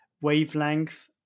wavelength